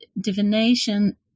divination